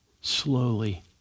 slowly